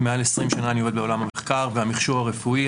מעל 20 שנה אני עובד בעולם המחקר והמכשור הרפואי.